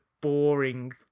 boring